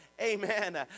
Amen